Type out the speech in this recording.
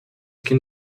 can